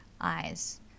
eyes